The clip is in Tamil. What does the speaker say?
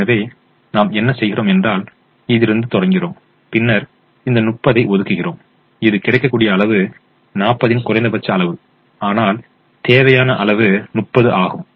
எனவே நாம் என்ன செய்கிறோம் என்றால் இதிலிருந்து தொடங்குகிறோம் பின்னர் இந்த 30 ஐ ஒதுக்குகிறோம் இது கிடைக்கக்கூடிய அளவு 40 இன் குறைந்தபட்ச அளவு ஆனால் தேவையான அளவு 30 ஆகும்